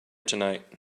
tonight